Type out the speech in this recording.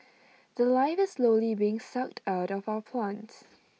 The Life is slowly being sucked out of our plants